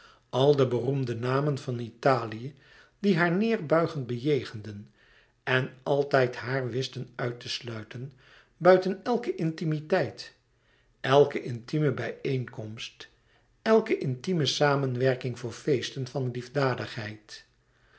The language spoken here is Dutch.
al de beroemde namen van italië die haar neêrbuigend bejegenden en altijd haar wisten uit te sluiten buiten elke intimiteit elke intime bijeenkomst elke intime samenwerking voor feesten van liefdadigheid